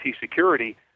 security